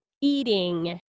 Eating